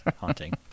haunting